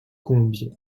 colombier